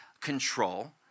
control